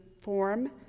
form